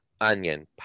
onion